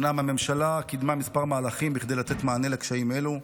אומנם הממשלה קידמה כמה מהלכים כדי לתת מענה לקשיים אלו,